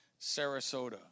Sarasota